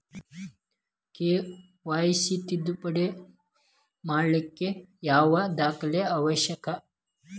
KYC ತಿದ್ದುಪಡಿ ಮಾಡ್ಲಿಕ್ಕೆ ಯಾವ ದಾಖಲೆ ಅವಶ್ಯಕ?